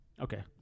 Okay